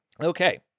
Okay